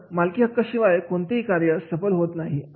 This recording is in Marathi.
कारण मालकीहक्क शिवाय कोणतेही कार्य सफल होत नाही